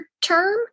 term